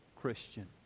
Christian